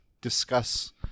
discuss